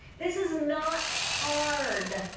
this is not hard.